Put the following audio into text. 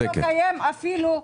-- אתה לא קיים אפילו בכלל.